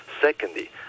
secondly